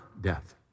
death